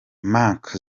mark